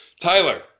Tyler